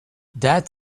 that